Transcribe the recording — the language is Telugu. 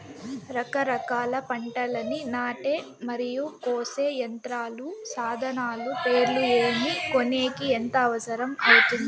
రకరకాల పంటలని నాటే మరియు కోసే యంత్రాలు, సాధనాలు పేర్లు ఏమి, కొనేకి ఎంత అవసరం అవుతుంది?